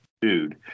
dude